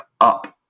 up